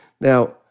Now